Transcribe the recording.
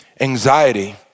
Anxiety